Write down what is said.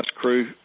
crew